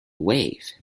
wave